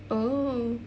oh